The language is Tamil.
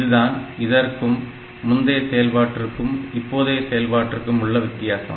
இதுதான் இதற்கு முந்தைய செயல்பாட்டிற்கும் இப்போதைய செயல்பாட்டிற்கும் உள்ள வித்தியாசம்